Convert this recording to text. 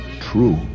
true